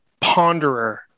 ponderer